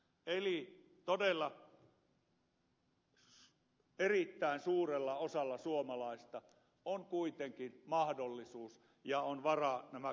eli todella erittäin suurella osalla suomalaisista on kuitenkin mahdollisuus ja varaa nämä kunnostukset tehdä